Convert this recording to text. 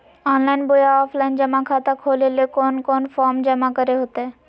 Online बोया offline जमा खाता खोले ले कोन कोन फॉर्म जमा करे होते?